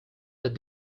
but